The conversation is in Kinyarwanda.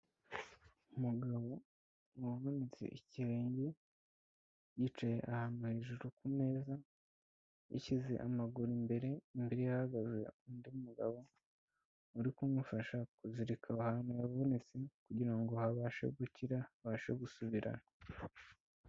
Umugabo wavunitse ikirenge yicaye ahantu hejuru ku meza yashyize amaguru imbere imbere ye hahagaze undi mugabo uri kumufasha kuzirika ahantu yavunitse kugira ngo habashe gukira abashe gusubirana.